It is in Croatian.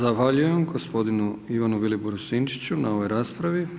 Zahvaljujem gospodinu Ivanu Viliboru Sinčiću na ovoj raspravi.